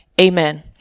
Amen